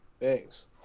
Thanks